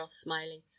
smiling